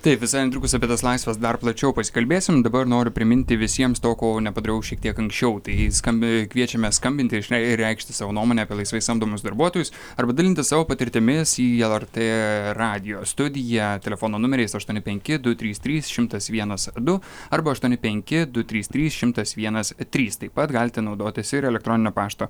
taip visai netrukus apie tas laisves dar plačiau pasikalbėsim dabar noriu priminti visiems to ko nepadariau šiek tiek anksčiau tai skambi kviečiame skambinti ir reikšti savo nuomonę apie laisvai samdomus darbuotojus arba dalintis savo patirtimis į lrt radijo studiją telefono numeriais aštuoni penki du trys trys šimtas vienas du arba aštuoni penki du trys trys šimtas vienas trys taip pat galite naudotis ir elektroninio pašto